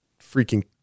freaking